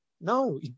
No